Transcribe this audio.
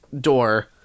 door